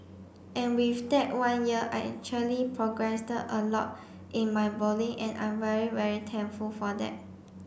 and with that one year I actually a lot in my bowling and I'm very very thankful for that